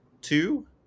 two